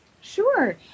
Sure